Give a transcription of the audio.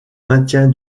maintien